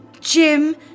Jim